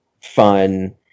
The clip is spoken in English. fun